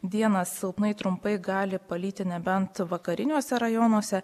dieną silpnai trumpai gali palyti nebent vakariniuose rajonuose